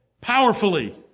Powerfully